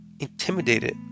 intimidated